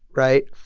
right?